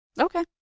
Okay